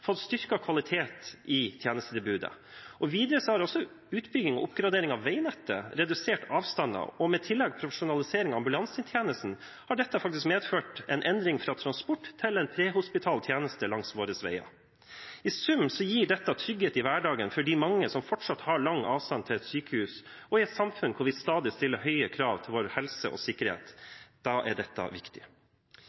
fått styrket kvalitet i tjenestetilbudet. Videre har også utbygging og oppgradering av veinettet redusert avstander, og i tillegg til profesjonalisering av ambulansetjenesten har dette faktisk medført en endring fra transport til en prehospital tjeneste langs våre veier. I sum gir dette trygghet i hverdagen for de mange som fortsatt har lang avstand til et sykehus, og i et samfunn hvor vi stadig stiller høye krav til vår helse og sikkerhet. Da er dette viktig.